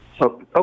okay